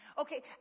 Okay